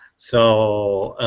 so